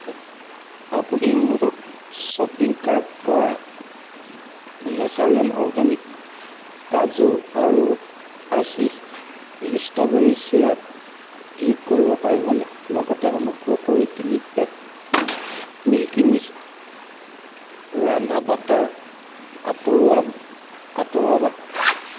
আপুনি মোৰ শ্বপিং কাৰ্টৰ পৰা নেচাৰলেণ্ড অৰ্গেনিক কাজু আৰু হাৰ্সীছ ষ্ট্ৰবেৰী চিৰাপ ডিলিট কৰিব পাৰিবনে লগতে অনুগ্ৰহ কৰি তিনি পেক মিল্কীমিষ্ট ৰন্ধা বাটাৰ আঁতৰোৱাব আঁতৰোৱাবা